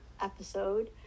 episode